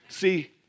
See